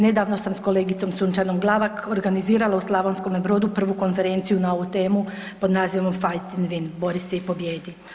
Nedavno sam sa kolegicom Sunčanom Glavak organizirala u Slavonskom Brodu prvu konferenciju na ovu temu pod nazivom „Fight and win“ – „Bori se i pobijedi“